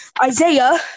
Isaiah